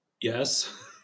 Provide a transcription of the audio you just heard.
Yes